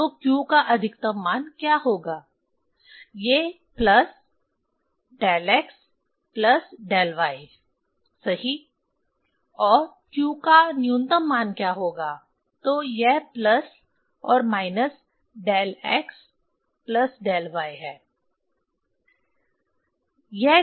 तो q का अधिकतम मान क्या होगा ये plus del x plus del y सही और q का न्यूनतम मान क्या होगा तो यह प्लस और minus del x plus del y है